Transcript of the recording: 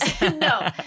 No